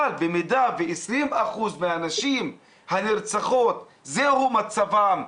אבל במידה ש-20% מהנשים הנרצחות זהו מצבן,